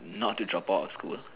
not to drop out of school